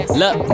look